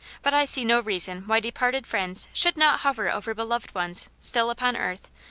but i see no reason why departed friends should not hover over beloved ones still upon earth,